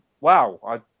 wow